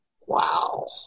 Wow